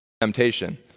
temptation